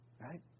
Right